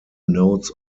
notes